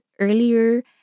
earlier